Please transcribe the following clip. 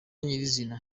nyirizina